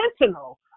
intentional